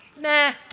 Nah